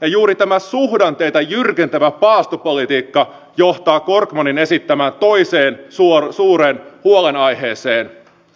ja juuri tämä suhdanteita jyrkentävä paastopolitiikka johtaa korkmanin esittämään toiseen suureen huolenaiheeseen